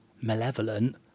malevolent